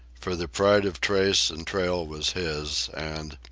for the pride of trace and trail was his, and,